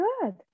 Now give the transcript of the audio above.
good